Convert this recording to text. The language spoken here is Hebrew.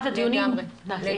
לגמרי.